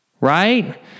right